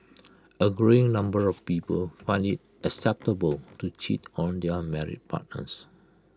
A growing number of people find IT acceptable to cheat on their married partners